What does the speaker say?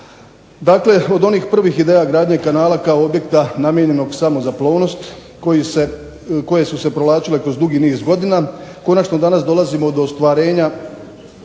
Dakle, od onih prvih ideja gradnje kanala kao objekta namijenjenom samog za plovnost koje su se provlačile kroz dugi niz godina konačno danas dolazimo do ostvarenja